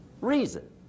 Reason